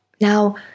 Now